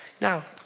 Now